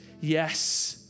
yes